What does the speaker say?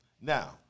Now